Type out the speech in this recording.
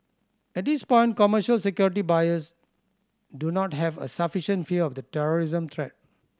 at this point commercial security buyers do not have a sufficient fear of the terrorism threat